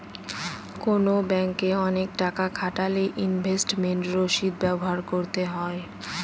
কোনো ব্যাঙ্কে অনেক টাকা খাটালে ইনভেস্টমেন্ট রসিদ ব্যবহার করতে হয়